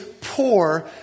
poor